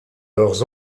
leurs